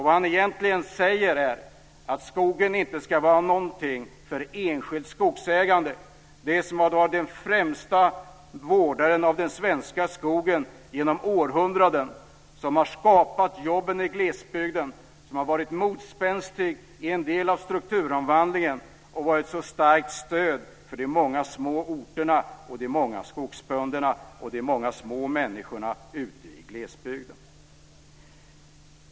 Vad han egentligen säger är att skogen inte ska vara någonting för enskilt skogsägande, det som har varit den främsta vårdaren av den svenska skogen genom århundraden, som har skapat jobb i glesbygden, som har varit motspänstigt i en del av strukturomvandlingen och varit ett starkt stöd för de många små orterna, de många skogsbönderna och de många små människorna ute i glesbygden.